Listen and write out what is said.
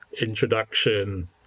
introduction